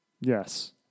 Yes